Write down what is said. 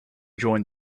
join